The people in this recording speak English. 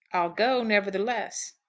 i'll go, nevertheless.